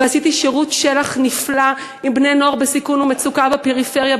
ועשיתי שירות של"ח נפלא עם בני-נוער בסיכון ומצוקה בפריפריה,